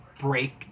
break